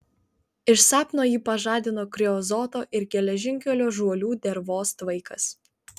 iš sapno jį pažadino kreozoto ir geležinkelio žuolių dervos tvaikas